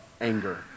anger